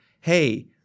hey